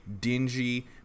dingy